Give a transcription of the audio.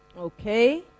Okay